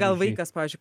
gal vaikas pavyzdžiui